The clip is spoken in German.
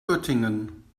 göttingen